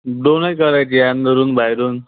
दोनही करायची आहे अंदरून बाहेरून